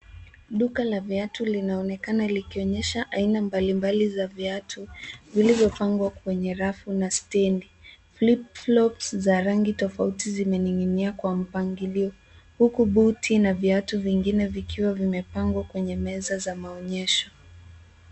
Duka la viatu linaonekana likionyesha aina mbalimbali za viatu vilivyopangwa kwenye rafu na stendi. Flip flops za rangi tofauti zimening'inia kwa mpangilio huku buti na viatu vingine vikiwa vimepangwa kwenye meza za maonyesho.